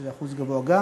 שזה אחוז גבוה גם.